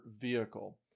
vehicle